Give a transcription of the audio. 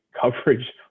coverage